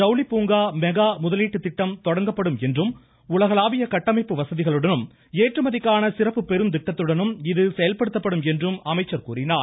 ஜவுளி பூங்கா மெகா முதலீட்டுத்திட்டம் தொடங்கப்படும் என்றும் உலகளாவிய கட்டமைப்பு வசதிகளுடனும் ஏற்றுமதிக்கான சிறப்பு பெருந்திட்டத்துடனும் இது செயல்படுத்தப்படும் என்றும் கூறினார்